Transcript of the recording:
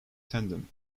tendon